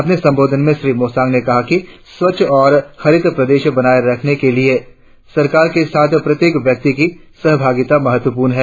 अपने संबोधन में श्री मोसांग ने कहा कि स्वच्छ और हरित प्रदेश बनाए रखने के लिए सरकार के साथ प्रत्येक व्यक्ति की सहभागिता महत्वपूर्ण है